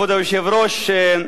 כבוד היושב-ראש,